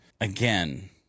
again